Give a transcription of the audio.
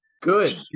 Good